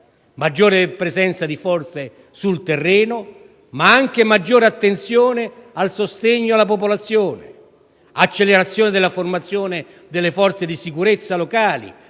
maggiore presenza di forze sul terreno, ma anche maggiore attenzione al sostegno alla popolazione; accelerazione della formazione delle forze di sicurezza locali,